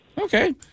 Okay